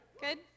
Good